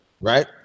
Right